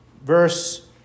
Verse